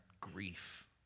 grief